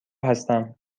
هستم